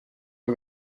for